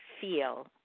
feel